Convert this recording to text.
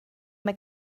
mae